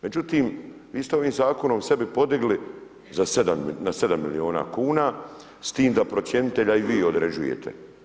Međutim, vi ste ovim zakonom sebi podigli na 7 milijuna kuna, s tim da procjenitelja i vi određujete.